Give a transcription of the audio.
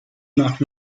nach